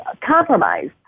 compromised